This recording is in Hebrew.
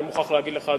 אני מוכרח להגיד לך,